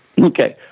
Okay